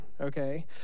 okay